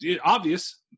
Obvious